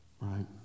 Right